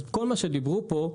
כל מה שדיברו פה,